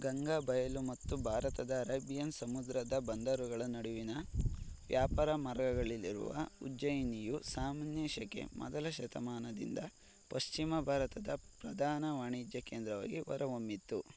ಗಂಗಾ ಬಯಲು ಮತ್ತು ಭಾರತದ ಅರೇಬಿಯನ್ ಸಮುದ್ರದ ಬಂದರುಗಳ ನಡುವಿನ ವ್ಯಾಪಾರ ಮಾರ್ಗಗಳಲ್ಲಿರುವ ಉಜ್ಜಯಿನಿಯು ಸಾಮಾನ್ಯ ಶಕೆ ಮೊದಲ ಶತಮಾನದಿಂದ ಪಶ್ಚಿಮ ಭಾರತದ ಪ್ರಧಾನ ವಾಣಿಜ್ಯ ಕೇಂದ್ರವಾಗಿ ಹೊರಹೊಮ್ಮಿತು